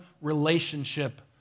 relationship